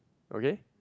okay